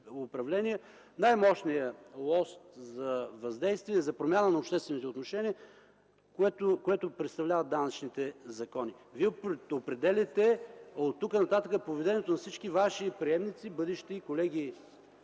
управления най-мощния лост за въздействие, за промяна на обществените отношения, което представляват данъчните закони. Вие предопределяте оттук нататък поведението на всички Ваши приемници, бъдещи колеги